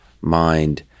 mind